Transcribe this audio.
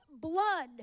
blood